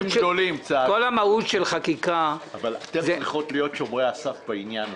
אבל אתן צריכות להיות שומרות הסף בעניין הזה.